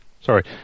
Sorry